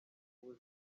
buzima